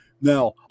Now